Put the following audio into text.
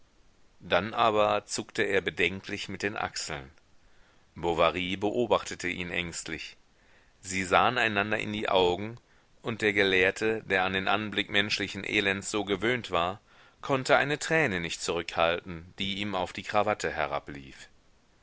dann aber zuckte er bedenklich mit den achseln bovary beobachtete ihn ängstlich sie sahen einander in die augen und der gelehrte der an den anblick menschlichen elends so gewöhnt war konnte eine träne nicht zurückhalten die ihm auf die krawatte herablief